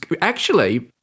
actually-